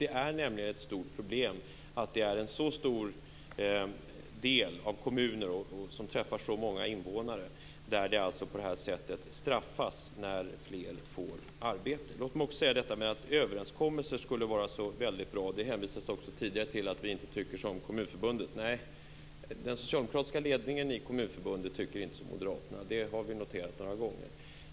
Det är nämligen ett stort problem att det är en så stor del av kommunerna och så många invånare som på de här sättet straffas när fler får arbete. Låt mig också säga något om detta att överenskommelser skulle vara så bra. Det hänvisades också tidigare till att vi inte tycker som Kommunförbundet. Nej, den socialdemokratiska ledningen i Kommunförbundet tycker inte som moderaterna. Det har vi noterat några gånger.